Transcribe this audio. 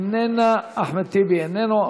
איננה, אחמד טיבי, איננו,